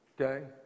Okay